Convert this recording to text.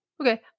Okay